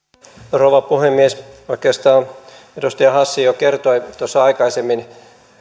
rouva puhemies oikeastaan edustaja hassi kertoi jo aikaisemmin